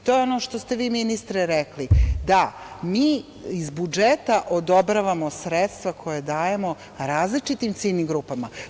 To je ono što ste vi ministre rekli, da mi iz budžeta odobravamo sredstva koja dajemo različitim ciljnim grupama.